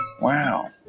Wow